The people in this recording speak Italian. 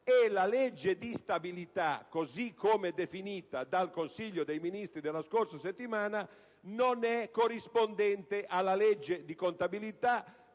e la legge di stabilità, così come definita dal Consiglio dei ministri della scorsa settimana, non è corrispondente alla legge di contabilità